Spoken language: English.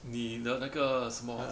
你的那个